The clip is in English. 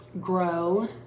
grow